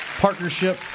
partnership